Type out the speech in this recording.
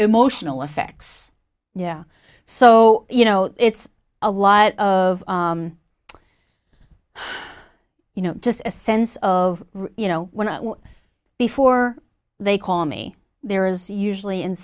emotional effects yeah so you know it's a lot of you know just a sense of you know before they call me there is usually in